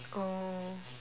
oh